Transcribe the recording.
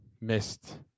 missed